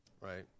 right